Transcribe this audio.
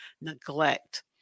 neglect